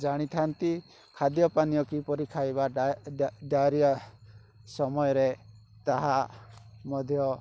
ଜାଣିଥାଆନ୍ତି ଖାଦ୍ୟ ପାନୀୟ କିପରି ଖାଇବା ଡ଼ାଇରିଆ ସମୟରେ ତାହା ମଧ୍ୟ